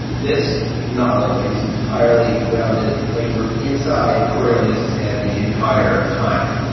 this novel is entirely grounded. like we're inside. coriolanus has had the entire time,